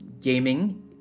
gaming